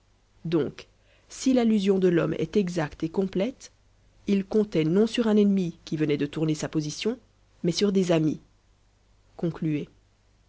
donc si l'allusion de l'homme est exacte et complète il comptait non sur un ennemi qui venait de tourner sa position mais sur des amis concluez